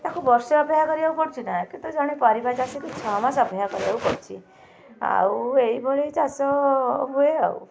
ତାକୁ ବର୍ଷେ ଅପେକ୍ଷା କରିବାକୁ ପଡ଼ୁଛିନା କିନ୍ତୁ ଜଣେ ପରିବା ଚାଷୀକୁ ଛଅ ମାସ ଅପେକ୍ଷା କରିବାକୁ ପଡ଼ୁଛି ଆଉ ଏଇ ଭଳି ଚାଷ ହୁଏ ଆଉ